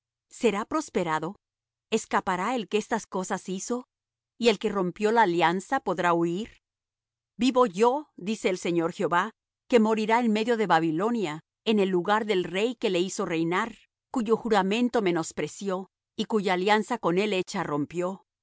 será prosperado escapará el que estas cosas hizo y el que rompió la alianza podrá huir vivo yo dice el señor jehová que morirá en medio de babilonia en el lugar del rey que le hizo reinar cuyo juramento menospreció y cuya alianza con él hecha rompió